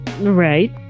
right